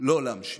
לא להמשיך.